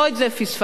לא את זה פספסנו.